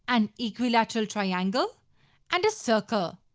an equilateral triangle and a circle.